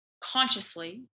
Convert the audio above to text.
consciously